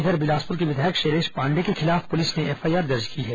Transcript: इधर बिलासपुर के विधायक शैलेष पांडे के खिलाफ पुलिस ने एफआईआर दर्ज की है